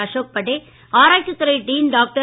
அசோக் படே ஆராய்ச்சி துறை dean doctor